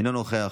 אינו נוכח,